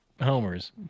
homers